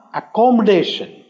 accommodation